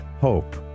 hope